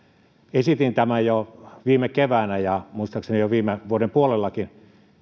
esitin jo viime keväänä ja muistaakseni jo viime vuoden puolellakin